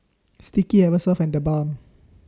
Sticky Eversoft and TheBalm